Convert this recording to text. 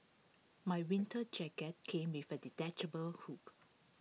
my winter jacket came with A detachable hood